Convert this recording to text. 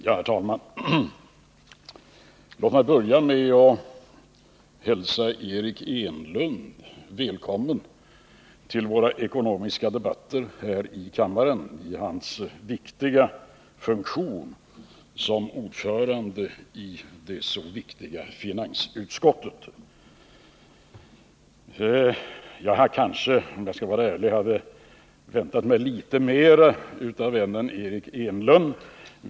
Herr talman! Låt mig börja med att hälsa Eric Enlund välkommen till våra ekonomiska debatter här i kammaren i hans viktiga funktion som ordförande i det så betydelsefulla finansutskottet. Jag hade kanske, om jag skall vara ärlig, väntat mig litet mera av vännen Eric Enlund.